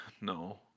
no